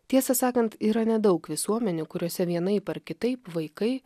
tiesą sakant yra nedaug visuomenių kuriose vienaip ar kitaip vaikai